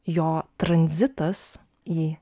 jo tranzitas į